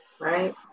right